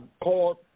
called